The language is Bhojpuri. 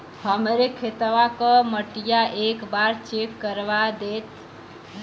हमरे खेतवा क मटीया एक बार चेक करवा देत?